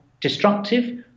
destructive